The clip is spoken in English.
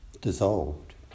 dissolved